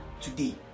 today